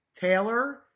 Taylor